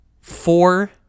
four